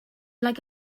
like